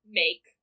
make